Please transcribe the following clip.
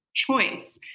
choice,